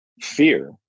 fear